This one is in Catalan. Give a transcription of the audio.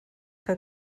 que